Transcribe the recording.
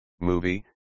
movie